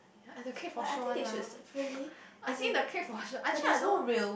the cake for show one lah I think the cake for show actually I don't know